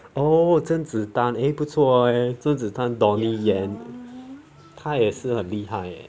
oh 甄子丹 eh 不错 eh 甄子丹 donnie yen 他也是很厉害